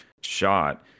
shot